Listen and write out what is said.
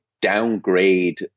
downgrade